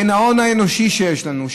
בין ההון האנושי שיש לנו,